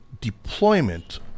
deployment